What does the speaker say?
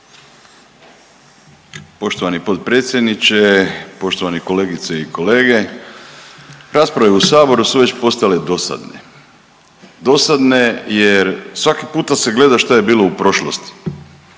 Poštovani potpredsjedniče, poštovani kolegice i kolege. Rasprave u Saboru su već postale dosadne. Dosadne jer svaki puta se gleda šta je bilo u prošlosti,